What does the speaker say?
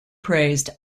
praised